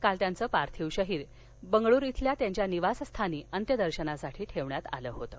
काल त्याचं पार्थिव शरीर बंगळूरू इथल्या त्यांच्या निवासस्थानी अंत्य दर्शनासाठी ठेवण्यात आलं होतं